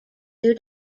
two